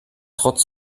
trotz